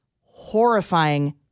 Horrifying